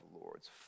Lords